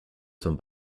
zum